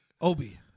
Obi